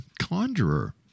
conjurer